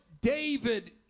David